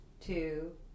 two